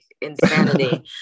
insanity